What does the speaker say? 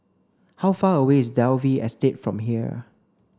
how far away is Dalvey Estate from here